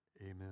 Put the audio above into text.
amen